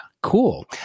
Cool